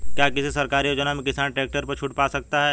क्या किसी सरकारी योजना से किसान ट्रैक्टर पर छूट पा सकता है?